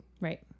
right